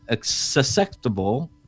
susceptible